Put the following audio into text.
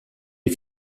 est